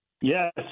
Yes